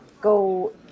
go